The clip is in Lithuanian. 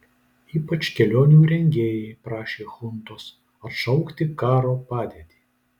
ypač kelionių rengėjai prašė chuntos atšaukti karo padėtį